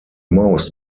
most